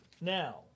Now